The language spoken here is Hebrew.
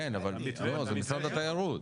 לא, אבל זה משרד התיירות.